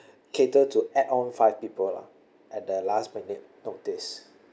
cater to add on five people lah at the last minute notice